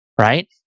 right